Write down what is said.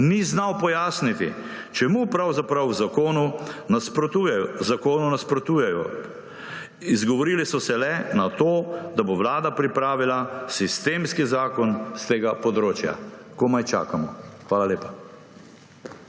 ni znal pojasniti, čemu pravzaprav v zakonu nasprotujejo. Izgovorili so se le na to, da bo Vlada pripravila sistemski zakon s tega področja. Komaj čakamo. Hvala lepa.